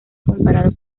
comparado